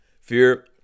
Fear